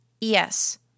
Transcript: Yes